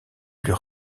plus